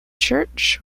church